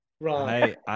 Right